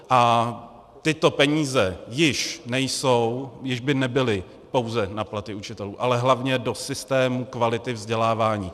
A tyto peníze již nejsou, již by nebyly pouze na platy učitelů, ale hlavně do systému kvality vzdělávání.